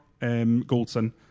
Goldson